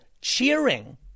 cheering